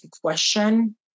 question